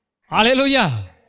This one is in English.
Hallelujah